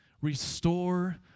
restore